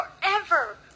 forever